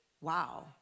wow